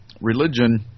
Religion